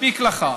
מספיק לך.